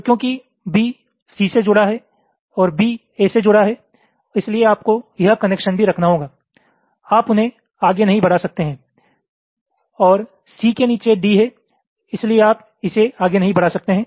तो क्योंकि B C से जुड़ा है और B A से जुड़ा है इसलिए आपको यह कनेक्शन भी रखना होगा आप उन्हें आगे नहीं बढ़ा सकते हैं और C के नीचे D है इसलिए आप इसे आगे नहीं बढ़ा सकते हैं